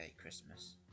Christmas